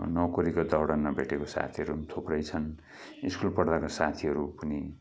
नोकरीको दौरानमा भेटेको साथीहरू पनि थुप्रै छन् स्कुल पढ्दाको साथीहरू पनि